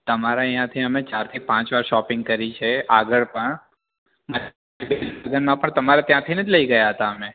તમારા ત્યાંથી અમે ચાર થી પાંચ વાર શોપિંગ કરી છે આગળ પણ સિઝનમાં પણ તમારે ત્યાંથી જ લઈ ગયા હતા અમે